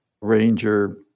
ranger